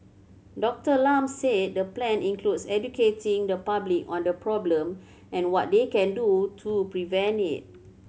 Doctor Lam said the plan includes educating the public on the problem and what they can do to prevent it